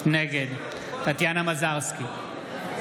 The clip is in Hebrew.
נגד טטיאנה מזרסקי,